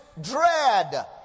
dread